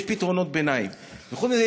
חוץ מזה,